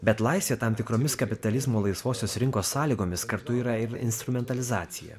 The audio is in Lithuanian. bet laisvė tam tikromis kapitalizmo laisvosios rinkos sąlygomis kartu yra ir instrumentalizacija